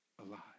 alive